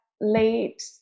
late